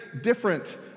different